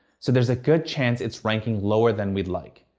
so there's a good chance it's ranking lower than we'd like.